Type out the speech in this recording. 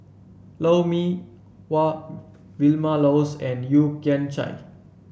Lou Mee Wah Vilma Laus and Yeo Kian Chai